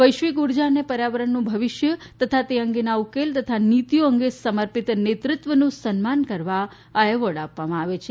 વૈશ્વિક ઉર્જા અને પર્યાવરણનું ભવિષ્ય તથા તે અંગેનાં ઉકેલ તથા નીતીઓ અંગે સમર્પિત નેતૃત્વનું સન્માન કરવા આ એવોર્ડ આપવામાં આવે છે